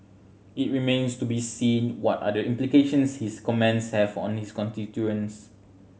it remains to be seen what are the implications his comments have on his constituents